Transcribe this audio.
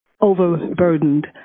overburdened